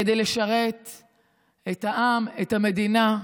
כדי לשרת את העם, את המדינה.